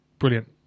Brilliant